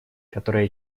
которое